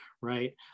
right